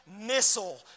missile